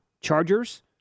Chargers